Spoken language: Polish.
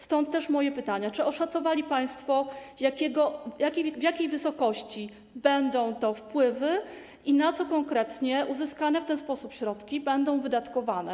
Stąd też moje pytania: Czy oszacowali państwo, jakiej wysokości będą to wpływy i na co konkretnie uzyskane w ten sposób środki będą wydatkowane?